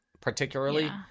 particularly